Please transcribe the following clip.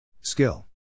Skill